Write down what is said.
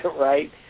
right